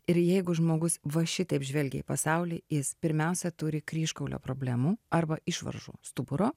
ir jeigu žmogus va šitaip žvelgia į pasaulį jis pirmiausia turi kryžkaulio problemų arba išvaržų stuburo